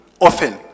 often